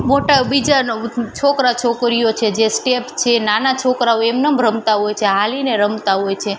મોટા બીજાના છોકરા છોકરીઓ છે જે સ્ટેપ છે એ નાના છોકરાઓ એમને એમ રમતા હોય છે હાલીને રમતા હોય છે